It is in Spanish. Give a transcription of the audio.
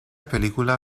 película